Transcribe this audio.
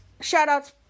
Shoutout's